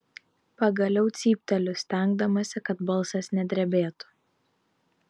pagaliau cypteliu stengdamasi kad balsas nedrebėtų